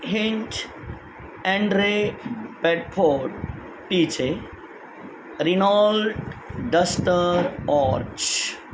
hint Andre Bradford पीचे Reynold duster ऑर्च